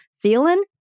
Feeling